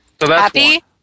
Happy